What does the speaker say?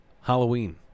Halloween